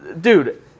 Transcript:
dude